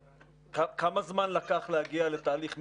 כמה זמן לקח להגיע לתהליך מבוזר?